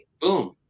boom